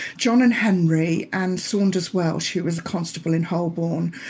john and henry and sanders welch, who was a constable in holborn,